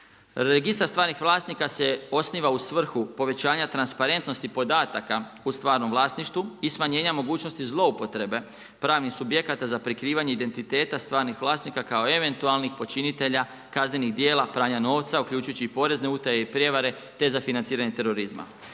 Registar stvarnih vlasnika se osniva u svrhu povećanja transparentnosti podataka u stvarnom vlasništvu i smanjenja mogućnosti zloupotrebe pravnih subjekata za prikrivanje identiteta stvarnih vlasnika kao eventualnih počinitelja kaznenih djela, pranja novca, uključujući i porezne utaje i prijevare, te za financiranje terorizma.